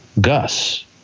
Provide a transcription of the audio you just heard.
Gus